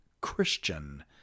Christian